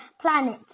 planet